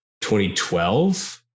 2012